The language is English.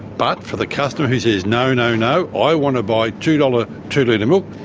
but for the customer who says no, no, no, i want to buy two dollars two-litre milk,